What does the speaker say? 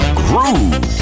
groove